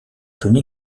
tony